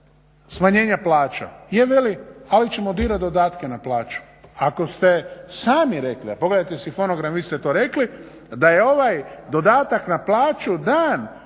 smanjenja plaća jer veli, ali ćemo dirati dodatke na plaću. Ako ste sami rekli, a pogledajte si fonogram, vi ste to rekli, da je ovaj dodatak na plaću dan